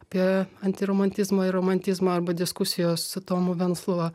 apie antiromantizmą ir romantizmą arba diskusijos su tomu venclova